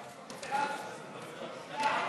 קארין אלהרר, יואל